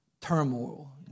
turmoil